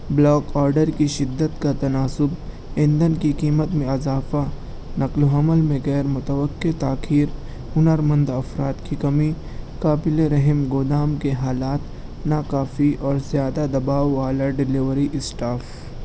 block order کی شدت کا تناسب ایندھن کی قیمت میں اضافہ نقل و حمل میں غیرمتوقع تاخیر ہنرمند افراد کی کمی قابل رحم گودام کے حالات ناکافی اور زیادہ دباؤ والا ڈیلیوری اسٹاف